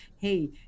hey